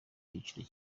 cyiciro